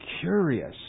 curious